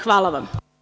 Hvala vam.